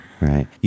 Right